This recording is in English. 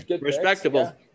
Respectable